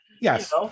Yes